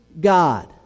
God